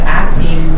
acting